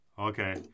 Okay